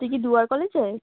তুই কি দুয়ার কলেজে